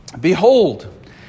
Behold